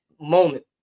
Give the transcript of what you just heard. moment